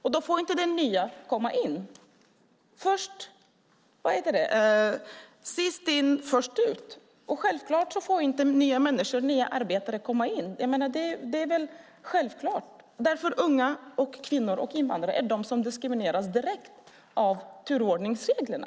Den nya får inte komma in - sist in först ut. Självklart får inte nya arbetare komma in. Därför är det unga, kvinnor och invandrare som diskrimineras av turordningsreglerna.